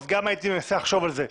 אז גם הייתי מנסה לחשוב על זה,